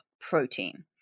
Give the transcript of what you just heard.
protein